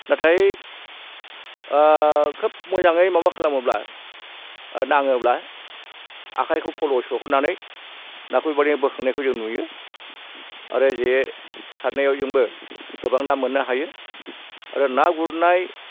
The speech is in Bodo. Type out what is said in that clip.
नाथाइ खोब मोजाङै माबा खालामोब्ला नाङोब्ला आखाइखौ फल'आव सोहरनानै नाखौ माने बोखांनायखौ जों नुयो आरो जे सारनायाव जोंबो गोबां ना मोन्नो हायो आरो ना गुरनाय